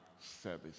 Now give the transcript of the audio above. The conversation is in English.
service